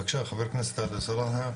בבקשה חבר הכנסת עלי סלאלחה.